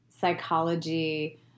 psychology